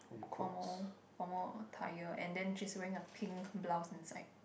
formal formal attire and then she is wearing a pink blouse inside